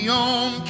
on